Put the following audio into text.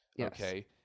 okay